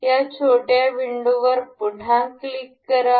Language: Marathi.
या छोट्या विंडो वर पुन्हा क्लिक करा